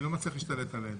אני לא מצליח להשתלט עליהם.